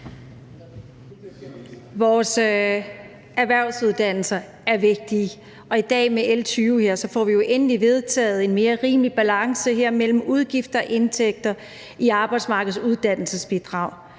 Vores erhvervsuddannelser er vigtige, og i dag med L 120 får vi jo her endelig vedtaget en mere rimelig balance mellem udgifter og indtægter i arbejdsmarkedsuddannelsesbidraget,